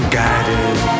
guided